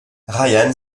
ryan